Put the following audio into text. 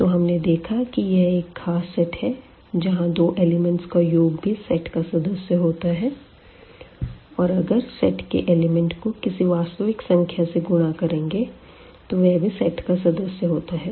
तो हमने देखा कि यह एक खास सेट है जहां दो एलिमेंट्स का योग भी सेट का सदस्य होता है और अगर सेट के एलिमेंट को किसी वास्तविक संख्या से गुणा करेंगे तो वह भी सेट का सदस्य होता है